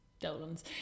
Dolans